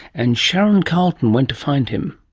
and sharon carleton went to find him.